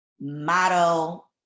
motto